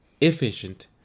efficient